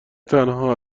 تنها